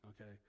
okay